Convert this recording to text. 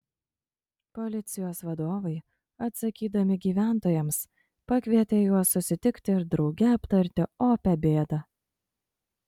policijos vadovai atsakydami gyventojams pakvietė juos susitikti ir drauge aptarti opią bėdą